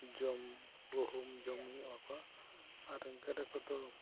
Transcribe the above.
ᱡᱚᱢ ᱜᱩᱦᱩᱢ ᱡᱚᱢ ᱮᱢᱟ ᱠᱚᱣᱟ ᱟᱨ ᱜᱮᱰᱮ ᱠᱚᱫᱚ